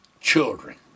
children